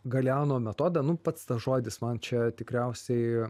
galeano metodą nu pats tas žodis man čia tikriausiai